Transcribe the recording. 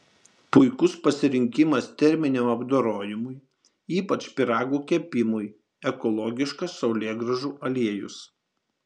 puikus pasirinkimas terminiam apdorojimui ypač pyragų kepimui ekologiškas saulėgrąžų aliejus